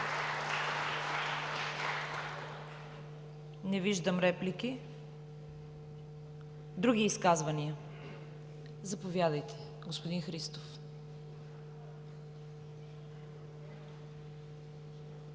Не виждам. Други изказвания? Заповядайте, господин Христов.